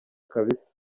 kabisa